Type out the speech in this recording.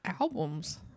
albums